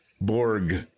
Borg